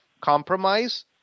compromise